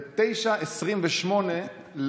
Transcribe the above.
ב-09:28,